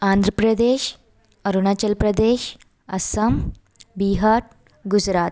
Andhra Pradesh Arunachal Pradesh Assam Bihar Gujarat